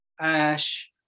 ash